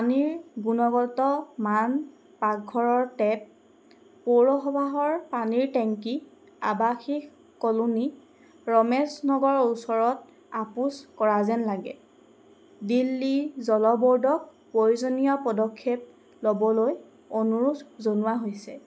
পানীৰ গুণগত মান পাকঘৰৰ টেপ পৌৰসভাৰ পানীৰ টেংকী আৱাসিক কলোনী ৰমেশ নগৰৰ ওচৰত আপোচ কৰা যেন লাগে দিল্লী জল ব'ৰ্ডক প্ৰয়োজনীয় পদক্ষেপ ল'বলৈ অনুৰোধ জনোৱা হৈছে